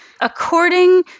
according